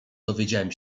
dowiedziałem